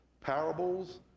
parables